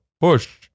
push